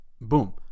Boom